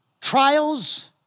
trials